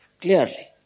clearly